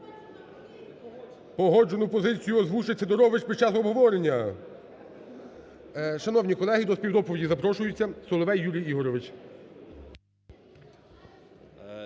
Погоджену позицію озвучить Сидорович під час обговорення. Шановні колеги, до співдоповіді запрошується Соловей Юрій Ігорович.